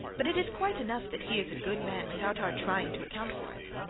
but it is quite enough that he is a good man without our trying to account for it.